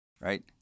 right